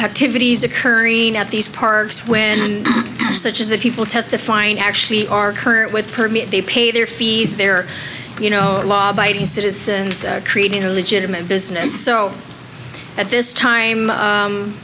activities occurring at these parks when such as the people testifying actually are current with permit they pay their fees there you know law abiding citizens creating a legitimate business so at this time